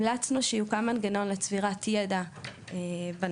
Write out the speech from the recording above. המלצנו שיוקם מנגנון לצבירת ידע בנושא.